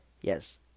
Yes